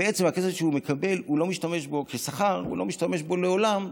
בעצם הכסף שהוא מקבל כשכר, הוא לא משתמש בו לעולם,